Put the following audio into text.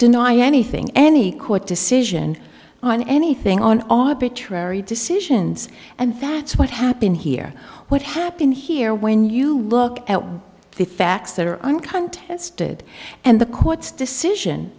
deny anything any court decision on anything on arbitrary decisions and that's what happened here what happened here when you look at the facts that are on cunt tested and the court's decision